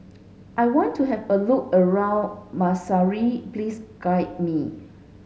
I want to have a look around Maseru please guide me